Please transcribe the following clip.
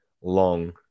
long